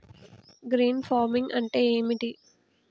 Green farming అంటే ఏమిటి?